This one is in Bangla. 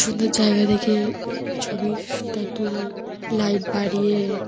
সুন্দর জায়গা দেখে ছবিটা তুলি লাইট বাড়িয়ে